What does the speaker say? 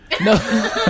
No